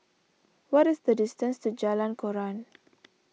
what is the distance to Jalan Koran